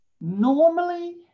Normally